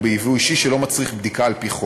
ובייבוא אישי שלא מצריך בדיקה על-פי חוק.